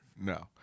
No